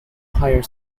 higher